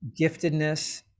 giftedness